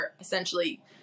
essentially